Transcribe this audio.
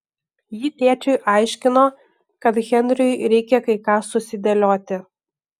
ji tėčiui aiškino kad henriui reikia kai ką susidėlioti